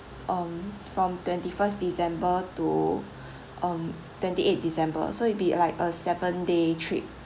um from twenty first december to um twenty eight december so it'd be like a seven day trip